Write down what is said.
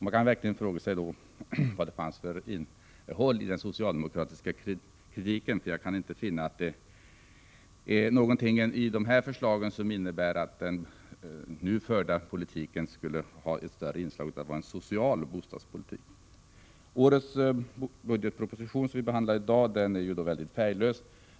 Man kan fråga sig vad den socialdemokratiska kritiken innehöll. Jag kan inte finna att de socialdemokratiska förslagen innebär att den nu förda bostadspolitiken skulle ha ett större socialt inslag. Årets budgetproposition, som vi behandlar i dag, är mycket färglös.